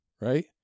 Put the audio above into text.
right